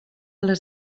les